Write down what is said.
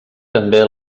també